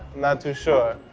not to sure.